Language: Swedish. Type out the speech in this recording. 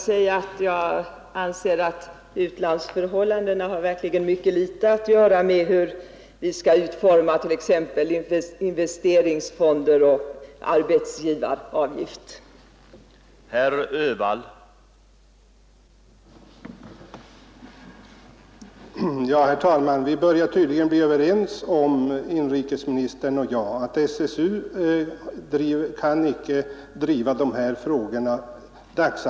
Jag vill bara säga att utlandsförhållandena verkligen har mycket litet att göra med hur vi skall utforma t.ex. investeringsfonder och arbetsgivaravgifter för att skapa konkurrenskraftiga företag.